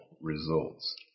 results